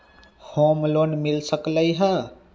Home loan मिल सकलइ ह?